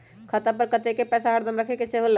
खाता पर कतेक पैसा हरदम रखखे के होला?